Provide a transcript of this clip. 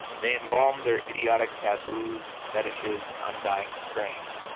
they embalmed their idiotic taboos and fetishes in undying strains,